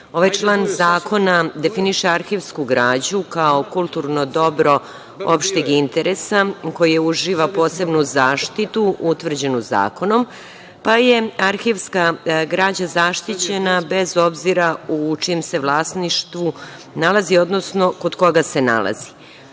ovaj član zakona definiše arhivsku građu kao kulturnog dobro opšteg interesa, koje uživa posebnu zaštitu utvrđenu zakonom, pa je arhivska građa zaštićena bez obzira u čijem se vlasništvu nalazi, odnosno kod koga se